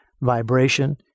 vibration